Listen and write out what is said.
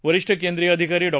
वरिष्ठ केंद्रीय अधिकारी डॉ